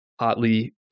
Hotly